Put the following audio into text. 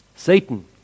Satan